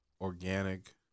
organic